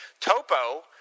Topo